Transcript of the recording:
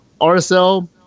RSL